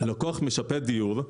לקוח משפר דיור,